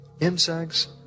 insects